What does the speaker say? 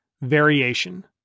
Variation